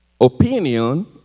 opinion